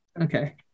Okay